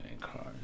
Cars